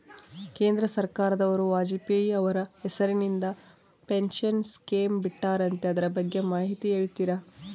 ಕೇಂದ್ರ ಸರ್ಕಾರದವರು ವಾಜಪೇಯಿ ಅವರ ಹೆಸರಿಂದ ಪೆನ್ಶನ್ ಸ್ಕೇಮ್ ಬಿಟ್ಟಾರಂತೆ ಅದರ ಬಗ್ಗೆ ಮಾಹಿತಿ ಹೇಳ್ತೇರಾ?